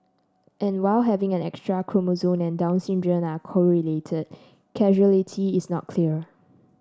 and while having an extra chromosome and Down syndrome are correlated causality is not clear